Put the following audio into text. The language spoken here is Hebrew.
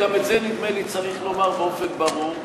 גם את זה נדמה שצריך לומר באופן ברור: